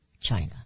China